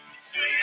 Sweet